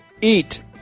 eat